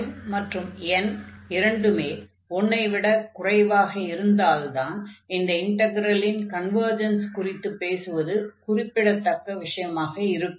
m மற்றும் n இரண்டுமே 1 ஐ விட குறைவாக இருந்தால்தான் இந்த இன்டக்ரலின் கன்வர்ஜன்ஸ் குறித்துப் பேசுவது குறிப்பிடத் தக்க விஷயமாக இருக்கும்